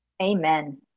Amen